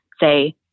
say